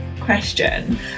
question